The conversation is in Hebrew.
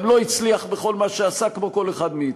גם אם לא הצליח בכל מה שעשה, כמו כל אחד מאתנו.